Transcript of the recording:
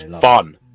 Fun